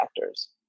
factors